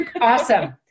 awesome